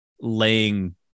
laying